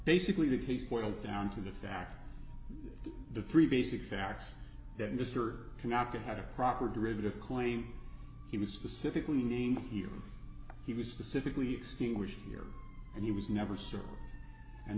basically the case boils down to the fact the three basic facts that mr cannot get had a proper derivative claim he was specifically named here he was specifically extinguished here and he was never sued and